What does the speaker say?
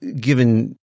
Given